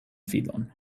filon